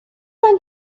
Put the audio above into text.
han